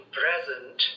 present